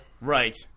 Right